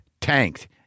Tanked